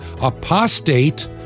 apostate